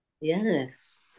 Yes